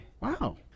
Wow